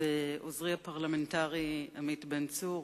זה עוזרי הפרלמנטרי עמית בן-צור,